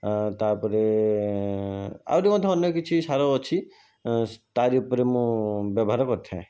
ଆ ତା'ପରେ ଆହୁରି ମଧ୍ୟ ଅନେକ କିଛି ସାର ଅଛି ତାରି ଉପରେ ମୁଁ ବ୍ୟବହାର କରିଥାଏ